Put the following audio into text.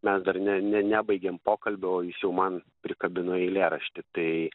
mes dar ne ne nebaigėm pokalbio o jis jau man prikabino eilėraštį tai